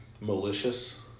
malicious